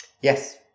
Yes